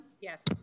Yes